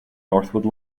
northwood